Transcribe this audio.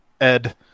Ed